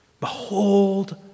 behold